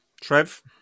Trev